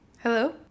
Hello